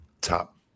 top